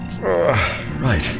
Right